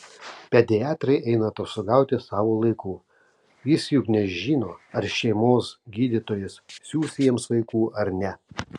pediatrai eina atostogauti savo laiku jis juk nežino ar šeimos gydytojas siųs jiems vaikų ar ne